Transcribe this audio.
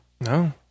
No